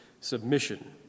submission